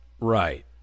Right